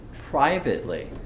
privately